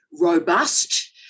robust